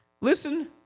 Listen